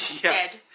Dead